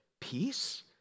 peace